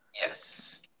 Yes